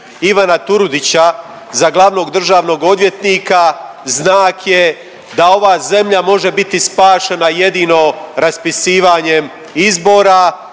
Ivana Turudića za glavnog državnog odvjetnika znak je da ova zemlja može biti spašena jedino raspisivanjem izbora